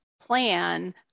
plan